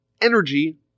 energy